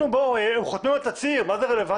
הם חתמו על תצהיר, אז מה זה רלוונטי?